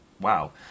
Wow